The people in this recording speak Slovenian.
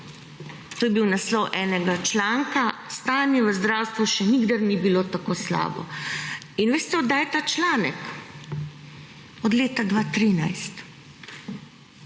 To je bil naslov enega članka, »Stanje v zdravstvu še nikdar ni bilo tako slabo«. In veste od kdaj je ta članek – od leta 2013.